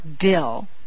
bill